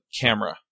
camera